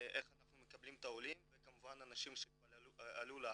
איך אנחנו מקבלים את העולים וכמובן לאנשים שעלו לארץ.